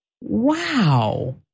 Wow